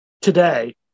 today